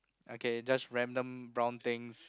okay just random brown things